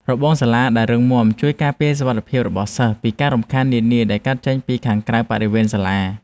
របងសាលារៀនដែលរឹងមាំជួយការពារសុវត្ថិភាពរបស់សិស្សពីការរំខាននានាដែលកើតចេញពីខាងក្រៅបរិវេណសាលា។